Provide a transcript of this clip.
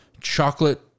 chocolate